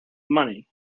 money